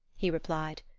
he replied.